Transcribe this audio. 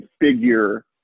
figure